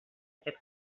aquest